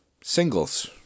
singles